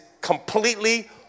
completely